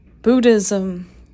Buddhism